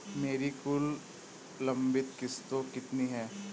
मेरी कुल लंबित किश्तों कितनी हैं?